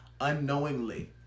unknowingly